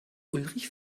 ulrich